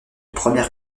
première